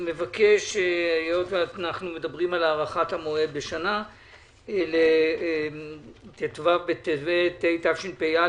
היות שאנחנו מדברים על הארכת המועד בשנה - ט"ו בטבת התשפ"א,